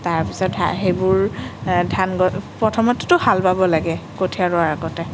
তাৰপিছত সেইবোৰ ধান গছ প্ৰথমতেতো হাল বাব লাগে কঠীয়া ৰোৱাৰ আগতে